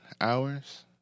hours